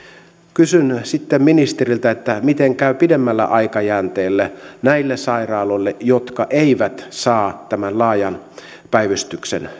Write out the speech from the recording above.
kysyn ministeriltä miten käy pidemmällä aikajänteellä näille sairaaloille jotka eivät saa tätä laajan päivystyksen